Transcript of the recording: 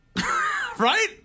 Right